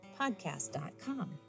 podcast.com